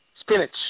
spinach